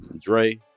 Dre